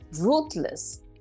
ruthless